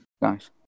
Nice